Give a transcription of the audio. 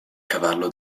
cavallo